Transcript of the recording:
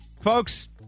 Folks